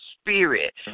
spirit